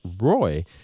Roy